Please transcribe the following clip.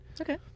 Okay